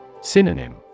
Synonym